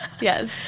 Yes